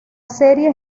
serie